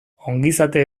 ongizate